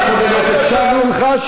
גם בשאילתה הקודמת אפשרנו לך,